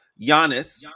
Giannis